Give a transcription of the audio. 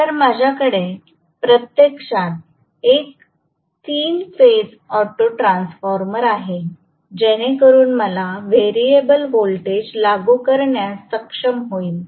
तरमाझ्याकडे प्रत्यक्षात एक 3 phase auto transformer आहे जेणेकरुन मला व्हेरिएबल व्होल्टेज लागू करण्यास सक्षम होईल